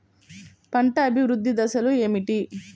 పంట అభివృద్ధి దశలు ఏమిటి?